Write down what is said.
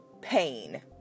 pain